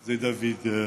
זה דוד ביטן.